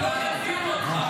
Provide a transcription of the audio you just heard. חבר הכנסת שלמה קרעי,